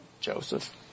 Joseph